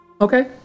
Okay